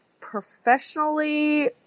professionally